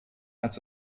als